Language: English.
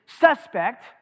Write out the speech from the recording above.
suspect